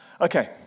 Okay